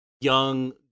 young